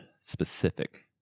specific